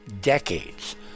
decades